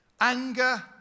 anger